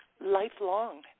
lifelong